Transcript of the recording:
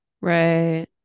Right